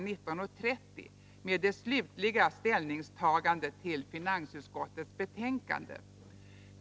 19.30 med det slutliga ställningstagandet till finansutskottets betänkande.